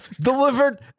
Delivered